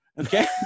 okay